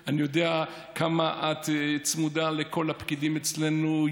אני יודע כמה את צמודה לכל הפקידים אצלנו,